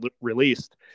released